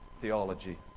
theology